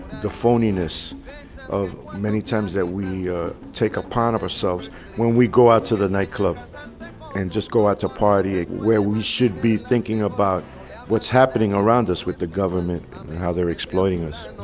the phoniness of many times that we take upon of ourselves when we go out to the nightclub and just go out to a party ah where we should be thinking about what's happening around us with the government how they're exploiting us.